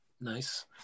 Nice